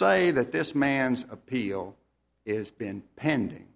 say that this man's appeal is been pending